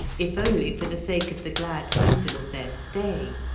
if only for the sake of the glad season of their stay.